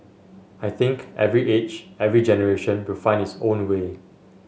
I think every age every generation will find its own way